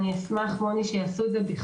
מוני, אני אשמח שיעשו את זה בכתב.